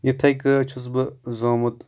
یِتٕھے کٲٹھۍ چھُس بہٕ زامُت